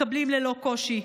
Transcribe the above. מתקבלים ללא קושי.